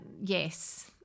yes